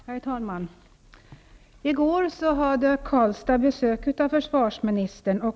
Herr talman! I går hade Karlstad besök av försvarsministern.